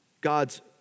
God's